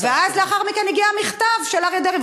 לאחר מכן הגיע המכתב של אריה דרעי,